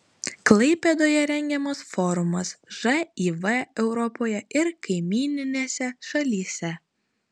klaipėdoje rengiamas forumas živ europoje ir kaimyninėse šalyse